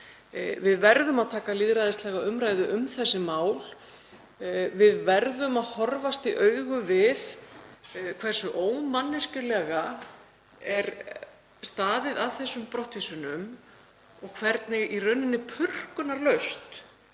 Við verðum að taka lýðræðislega umræðu um þessi mál. Við verðum að horfast í augu við hversu ómanneskjulega er staðið að þessum brottvísunum og hvernig mannréttindi eru í raun